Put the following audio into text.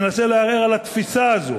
מנסה לערער על התפיסה הזו.